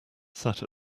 sat